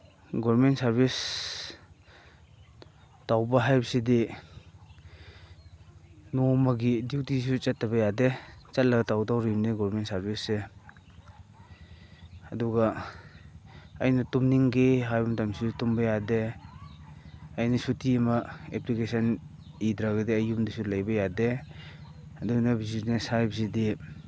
government service ꯇꯧꯕ ꯍꯥꯏꯕꯁꯤꯗꯤ ꯅꯣꯡꯃꯒꯤ ꯗ꯭ꯌꯨꯇꯤꯁꯨ ꯆꯠꯇꯕ ꯌꯥꯗꯦ ꯆꯠꯂꯒ ꯇꯧꯗꯧꯔꯤꯅꯤ ꯒꯣꯔꯃꯦꯟ ꯁꯔꯚꯤꯁꯁꯦ ꯑꯗꯨꯒ ꯑꯩꯅ ꯇꯨꯝꯅꯤꯡꯒꯦ ꯍꯥꯏꯕ ꯃꯇꯝꯁꯤꯗ ꯇꯨꯝꯕ ꯌꯥꯗꯦ ꯑꯩꯅ ꯁꯨꯇꯤ ꯑꯃ ꯑꯦꯄ꯭ꯂꯤꯀꯦꯁꯟ ꯏꯗ꯭ꯔꯒꯗꯤ ꯑꯩ ꯌꯨꯝꯗꯁꯨ ꯂꯩꯕ ꯌꯥꯗꯦ ꯑꯗꯨꯅ ꯕꯤꯖꯤꯅꯦꯁ ꯍꯥꯏꯕꯁꯤꯗꯤ